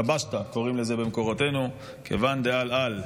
שבשתא, קוראים לזה במקורותינו, כיוון דעל, על,